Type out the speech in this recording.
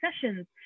sessions